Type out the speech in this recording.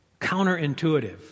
counterintuitive